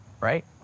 Right